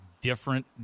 different